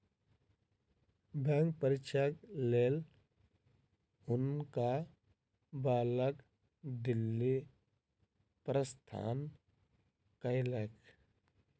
bank परीक्षाक लेल हुनका बालक दिल्ली प्रस्थान कयलैन